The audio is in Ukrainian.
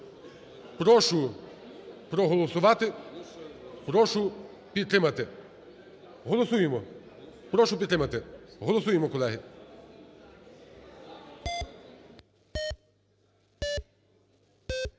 Прошу проголосувати, прошу підтримати. Голосуємо. Прошу підтримати. Голосуємо, колеги.